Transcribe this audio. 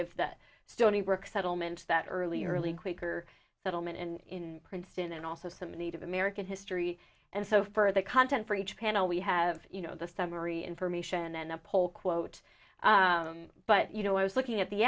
of the stony brook settlement that early early quaker settlement in princeton and also some native american history and so for the content for each panel we have you know the summary information and the poll quote but you know i was looking at the